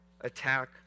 attack